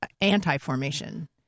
anti-formation